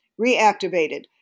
reactivated